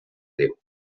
déu